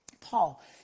Paul